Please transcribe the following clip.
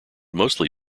mostly